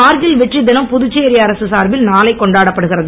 கார்கில் வெற்றி தினம் புதுச்சேரி அரசு சார்பில் நானை கொண்டாப்படுகிறது